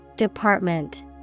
Department